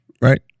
Right